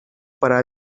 para